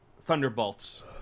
Thunderbolts